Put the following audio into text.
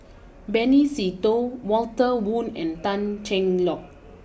Benny Se Teo Walter Woon and Tan Cheng Lock